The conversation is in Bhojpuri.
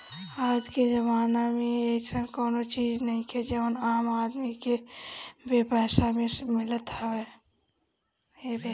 आजके जमाना में अइसन कवनो चीज नइखे जवन आम आदमी के बेपैसा में मिलत होखे